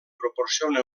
proporciona